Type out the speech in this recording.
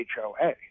HOA